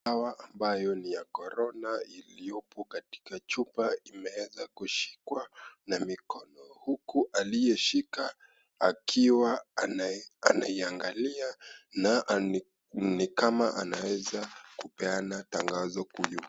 Dawa ambayo ni ya corona, iliyopo katika chupa imeweza kushikwa, na mikono. Huku aliyeshika akiwa anaiangalia, na ni kama anaweza kupeana tangazo.